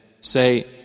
Say